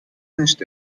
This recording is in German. nicht